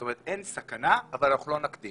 זאת אומרת, אין סכנה אבל אנחנו לא נקדים.